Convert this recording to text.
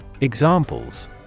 Examples